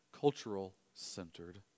cultural-centered